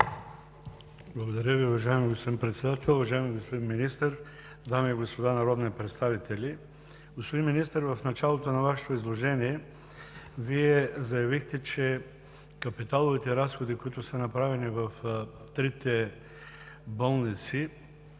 Благодаря Ви, уважаеми господин Председател. Уважаеми господин Министър, дами и господа народни представители! Господин Министър, в началото на Вашето изложение заявихте, че капиталовите разходи, които са направени в трите болници